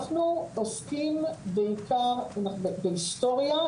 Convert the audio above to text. אנחנו עוסקים בעיקר בהיסטוריה,